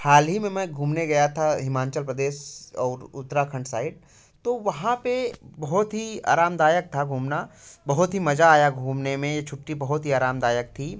हाल ही में मैं घूमने गया था हिमाचल प्रदेश और उत्तराखंड साइड तो वहाँ पे बहुत ही आरामदायक था घूमना बहुत ही मजा आया घूमने में ये छुट्टी बहुत ही आरामदायक थी